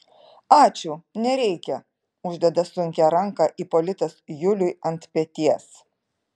ačiū nereikia uždeda sunkią ranką ipolitas juliui ant peties